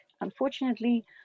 Unfortunately